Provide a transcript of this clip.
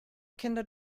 kinder